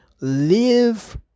live